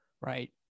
right